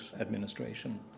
Administration